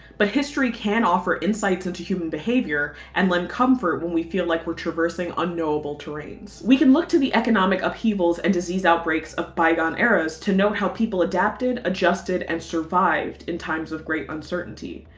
but history can offer insights into human behavior and lend comfort when we feel like we're traversing unknowable terrains. we can look to the economic upheavals and disease outbreaks of bygone eras to note how people adapted, adjusted and survived in times of great uncertainty.